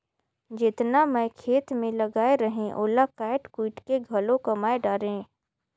जेतना मैं खेत मे लगाए रहें ओला कायट कुइट के घलो कमाय डारें